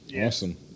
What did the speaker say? Awesome